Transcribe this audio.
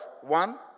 one